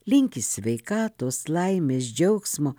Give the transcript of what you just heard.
linki sveikatos laimės džiaugsmo